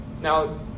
Now